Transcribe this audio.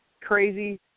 crazy